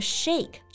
shake